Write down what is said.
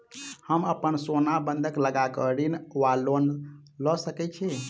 हम अप्पन सोना बंधक लगा कऽ ऋण वा लोन लऽ सकै छी?